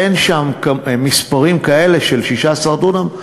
אין שם מספרים כאלה של 16 דונם,